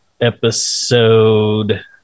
episode